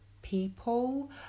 people